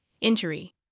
injury